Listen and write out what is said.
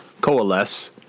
coalesce